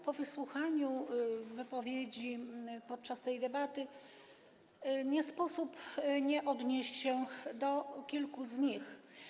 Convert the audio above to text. Po wysłuchaniu wypowiedzi podczas tej debaty nie sposób nie odnieść się do kilku z nich.